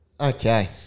Okay